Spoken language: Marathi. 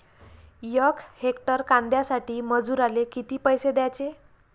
यक हेक्टर कांद्यासाठी मजूराले किती पैसे द्याचे?